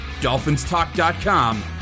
DolphinsTalk.com